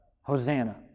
Hosanna